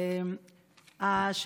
לילה קשה.